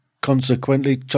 consequently